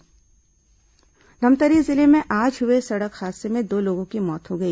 हादसा धमतरी जिले में आज हुए सड़क हादसे में दो लोगों की मौत हो गई